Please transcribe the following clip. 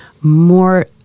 more